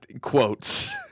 Quotes